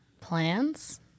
plans